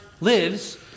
lives